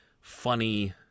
funny